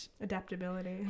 adaptability